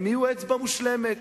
הם יהיו אצבע מושלמת.